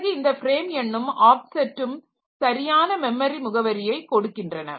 பிறகு இந்த ஃப்ரேம் எண்ணும் ஆப்செட்டும் சரியான மெமரி முகவரியை கொடுக்கின்றன